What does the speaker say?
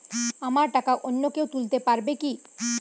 আমার টাকা অন্য কেউ তুলতে পারবে কি?